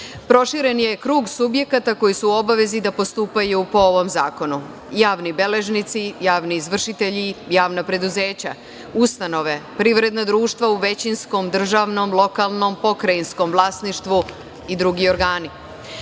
istaknem. Proširen je krug subjekata koji su u obavezi da postupaju po ovom zakonu - javni beležnici, javni izvršitelji, javna preduzeća, ustanove, privredna društva u većinskom državnom, lokalnom, pokrajinskom vlasništvu i drugi